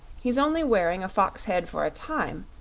he's only wearing a fox head for a time,